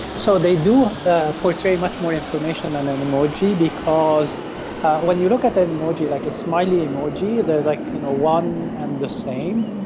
so they do ah portray much more information than an emoji because when you look at an emoji, like a smiley emoji, they are like you know one and the same,